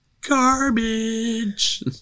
garbage